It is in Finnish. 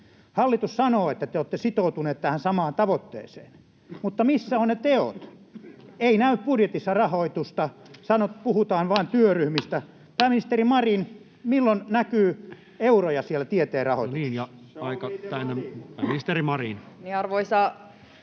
Hallitus sanoo, että te olette sitoutuneet tähän samaan tavoitteeseen, mutta missä ovat ne teot? Ei näy budjetissa rahoitusta. Puhutaan vaan työryhmistä. Pääministeri Marin, milloin näkyy euroja siellä tieteen rahoituksessa?